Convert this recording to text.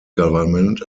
government